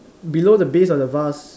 below the base of the vase